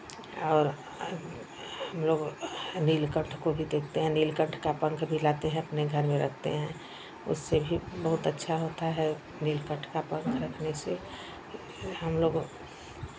और हमलोग नीलकंठ को भी देखते हैं नीलकंठ का पंख भी लाते हैं अपने घर में रखते हैं उससे भी बहुत अच्छा होता है नीलकंठ का पंख रखने से हमलोग